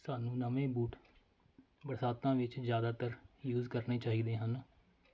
ਸਾਨੂੰ ਨਵੇਂ ਬੂਟ ਬਰਸਾਤਾਂ ਵਿੱਚ ਜ਼ਿਆਦਾਤਰ ਯੂਜ ਕਰਨੇ ਚਾਹੀਦੇ ਹਨ